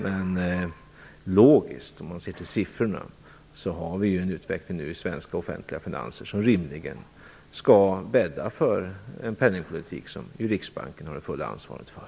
Men logiskt, om man ser till siffrorna, har vi nu en utveckling i de svenska offentliga finanserna som rimligen skall bädda för penningpolitiken, som ju Riksbanken har det fulla ansvaret för.